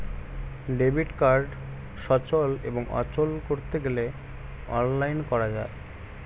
debit card সচল এবং অচল করতে গেলে অনলাইন করা যায়